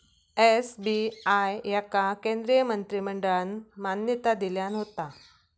SBI याका केंद्रीय मंत्रिमंडळान मान्यता दिल्यान होता